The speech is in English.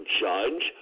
judge